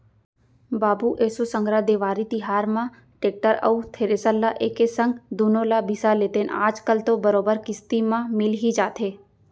बाबू एसो संघरा देवारी तिहार म टेक्टर अउ थेरेसर ल एके संग दुनो ल बिसा लेतेन आज कल तो बरोबर किस्ती म मिल ही जाथे